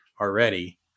already